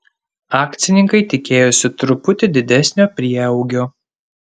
akcininkai tikėjosi truputį didesnio prieaugio